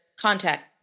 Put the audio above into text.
contact